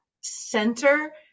center